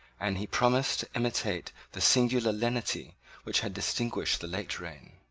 and he promised to imitate the singular lenity which had distinguished the late reign.